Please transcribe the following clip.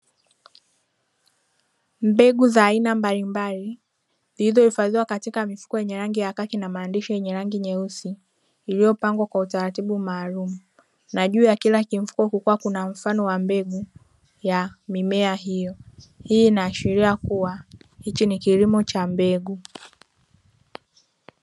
Mbegu za aina mbalimbali zilizohifadhiwa katika mifuko yenye rangi ya kaki na maandishi ya rangi nyeusi iliyopangwa kwa utaratibu maalumu na juu ya kila mfuko kukiwa kuna mfano wa mbegu ya mimea hiyo, hii inashiria kuwa hichi ni kilimo cha mbegu.